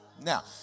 Now